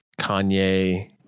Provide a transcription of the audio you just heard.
Kanye